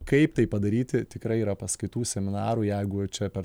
kaip tai padaryti tikrai yra paskaitų seminarų jeigu čia per